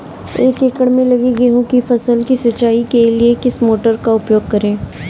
एक एकड़ में लगी गेहूँ की फसल की सिंचाई के लिए किस मोटर का उपयोग करें?